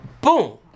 boom